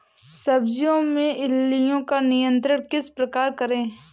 सब्जियों में इल्लियो का नियंत्रण किस प्रकार करें?